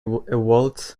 waltz